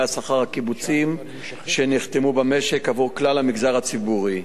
השכר הקיבוציים שנחתמו במשק עבור כלל המגזר הציבורי.